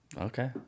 Okay